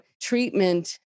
treatment